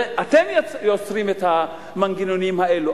אתם יוצרים את המנגנונים האלה,